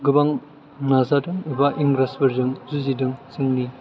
गोबां नाजादों एबा इंराजफोरजों जुजिदों जोंनि